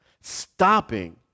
stopping